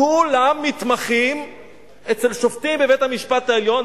כולם מתמחים אצל שופטים בבית-המשפט העליון,